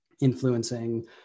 influencing